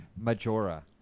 majora